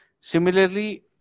Similarly